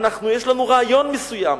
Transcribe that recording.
יש לנו רעיון מסוים,